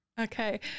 okay